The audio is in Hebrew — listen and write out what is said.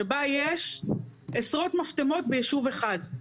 שבה יש עשרות מסתמות ביישוב אחד.